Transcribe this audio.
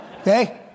Okay